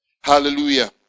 Hallelujah